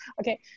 Okay